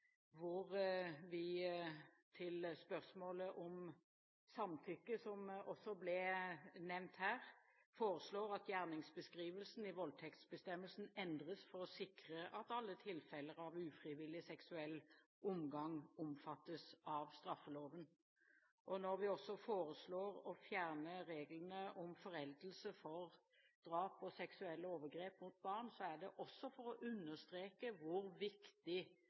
hvor vi til spørsmålet om samtykke, som også ble nevnt her, foreslår at gjerningsbeskrivelsen i voldtektsbestemmelsen endres for å sikre at alle tilfeller av ufrivillig seksuell omgang omfattes av straffeloven. Når vi også foreslår å fjerne reglene om foreldelse for drap og seksuelle overgrep mot barn, er det for å understreke hvor viktig